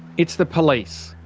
it's the police.